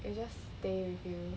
it will just stay with you